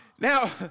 Now